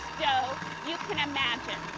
dough you can imagine.